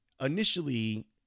initially